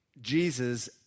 Jesus